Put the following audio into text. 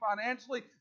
financially